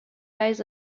dies